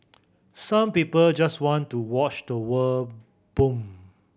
some people just want to watch the world burn